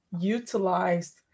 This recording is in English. utilized